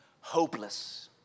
Hopeless